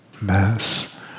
Mass